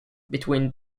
between